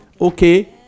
okay